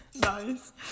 nice